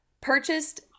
purchased